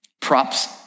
props